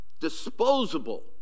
Disposable